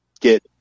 get